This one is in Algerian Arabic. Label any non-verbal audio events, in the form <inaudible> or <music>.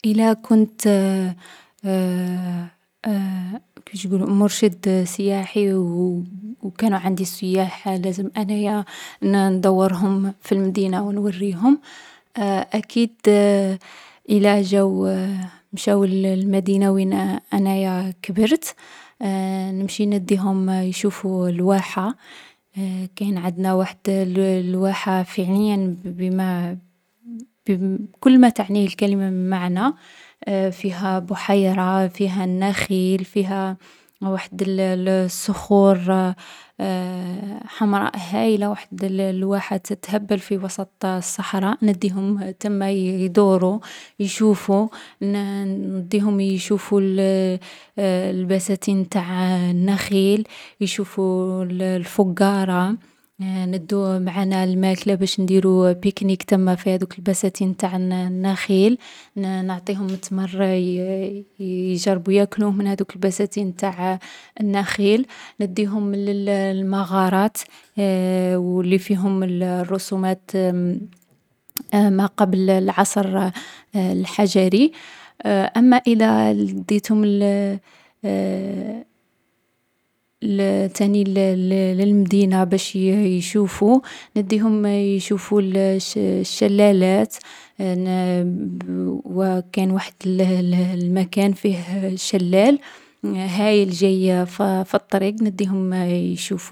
إلا كنت مرشدة سياحية و كانو عندي السياح و لازم أنا ندوّرهم في المدينة و نوريهم، إلا مشاو للمدينة وين أنايا كبرت نمشي نديهم يشوفو الواحة. عندنا واحة كبيرة فيها النخيل و فيها بحيرة كبيرة في الوسط. فيها تاني الوديان لي منهم يسقو النخيل. نديهم ثاني يشوفو المتحف لي كاين على الهواء الطلق <hesitation> في المدينة نتاعي. كاين صخور من العصر الحجري فيها نقوشات رجل الكهف؛ نقوشات واضحة و باينة رسمها رجل الكهف باش يوثّق الصيد لي كانو يصيدوه هاذاك الوقت.